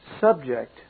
subject